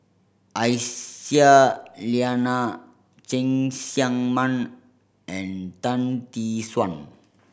Aisyah Lyana Cheng Tsang Man and Tan Tee Suan